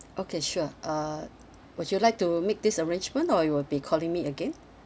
okay sure uh would you like to make this arrangement or you will be calling me again